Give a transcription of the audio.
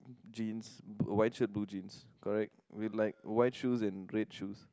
jeans white shirt blue jeans correct we like white shoes and red shoes